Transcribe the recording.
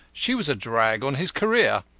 she was a drag on his career.